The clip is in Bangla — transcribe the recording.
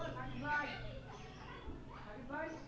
ছাদ কৃষি কী এবং এর চাষাবাদ পদ্ধতি কিরূপ?